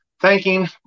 thanking